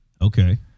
Okay